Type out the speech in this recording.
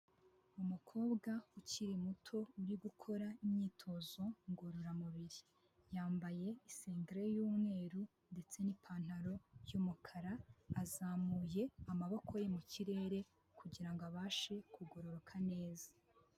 Umukobwa ukiri muto uri gukora imyitozo ngororamubiri, yambaye isengere y'umweru ndetse n'ipantaro y'umukara, azamuye amaboko ye mu kirere kugirango abashe kugororoka neza.